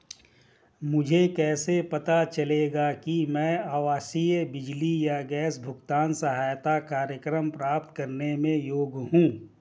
मुझे कैसे पता चलेगा कि मैं आवासीय बिजली या गैस भुगतान सहायता कार्यक्रम प्राप्त करने के योग्य हूँ?